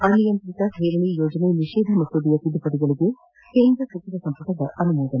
ಅನಿಯಂತ್ರಿತ ಠೇವಣಿ ಯೋಜನೆ ನಿಷೇಧ ಮಸೂದೆಯ ತಿದ್ದುಪಡಿಗಳಿಗೆ ಕೇಂದ್ರ ಸಚಿವ ಸಂಪುಟದ ಅನುಮೋದನೆ